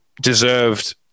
deserved